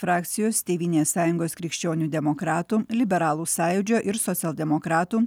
frakcijos tėvynės sąjungos krikščionių demokratų liberalų sąjūdžio ir socialdemokratų